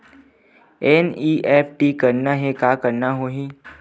NEFT करना हे का करना होही?